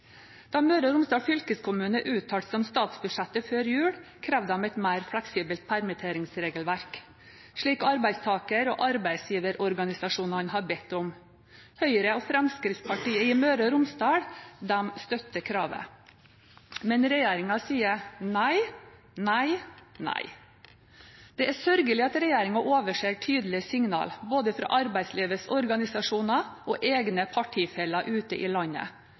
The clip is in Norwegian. Da Møre og Romsdal fylkeskommune uttalte seg om statsbudsjettet før jul, krevde de et mer fleksibelt permitteringsregelverk, slik arbeidstaker- og arbeidsgiverorganisasjonene har bedt om. Høyre og Fremskrittspartiet i Møre og Romsdal støtter kravet. Men regjeringen sier nei, nei, nei. Det er sørgelig at regjeringen overser tydelige signaler fra både arbeidslivets organisasjoner og egne partifeller ute i landet.